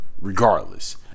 Regardless